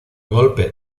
golpe